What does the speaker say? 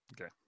Okay